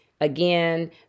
Again